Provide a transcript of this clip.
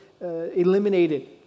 eliminated